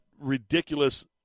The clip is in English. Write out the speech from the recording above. ridiculous